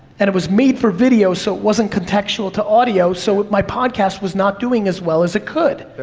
and it was made for video, so it wasn't contextual to audio, so my podcast was not doing as well as it could.